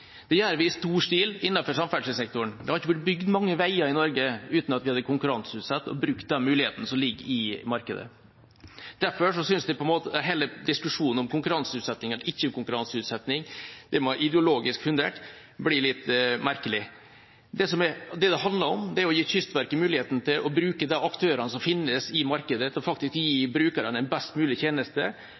Det gjør vi i stor stil innenfor samferdselssektoren. Det hadde ikke blitt bygd mange veier i Norge uten at vi hadde konkurranseutsatt og brukt de mulighetene som ligger i markedet. Derfor synes jeg hele diskusjonen om konkurranseutsetting eller ikke konkurranseutsetting – det med å være ideologisk fundert – blir litt merkelig. Det det handler om, er å gi Kystverket muligheten til å bruke de aktørene som finnes i markedet, til faktisk å gi brukerne en best mulig tjeneste